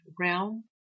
realm